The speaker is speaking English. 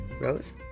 rose